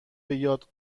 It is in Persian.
بیاد